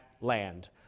land